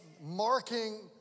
marking